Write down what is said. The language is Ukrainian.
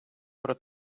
про